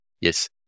Yes